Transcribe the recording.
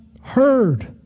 heard